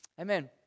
Amen